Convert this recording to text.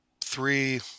three